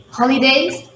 holidays